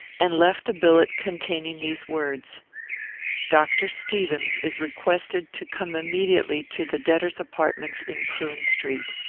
and left a billet containing these words dr. stevens is requested to come immediately to the debtors' apartments in prune street.